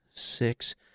six